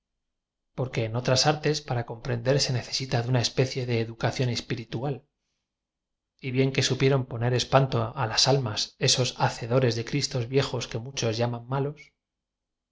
porque en otras artes para co m prender se necesita de una especial educa ción esp iritu a l y bien que supieron poner espanto a las alm as estos hacedores de c ris to s viejos que m uchos